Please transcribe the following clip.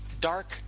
dark